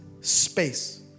space